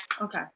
Okay